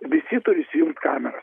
visi turi įsijungt kameras